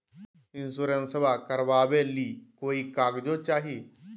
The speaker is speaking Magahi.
इंसोरेंसबा करबा बे ली कोई कागजों चाही?